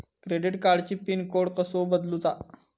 Credit कार्डची pin code कसो बदलुचा?